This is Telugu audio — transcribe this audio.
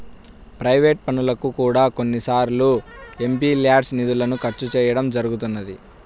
ప్రైవేట్ పనులకు కూడా కొన్నిసార్లు ఎంపీల్యాడ్స్ నిధులను ఖర్చు చేయడం జరుగుతున్నది